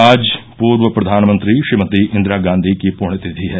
आज पूर्व प्रधानमंत्री श्रीमती इंदिरा गांधी की पुण्यतिथि है